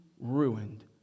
ruined